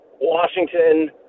Washington